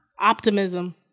optimism